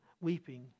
weeping